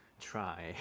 try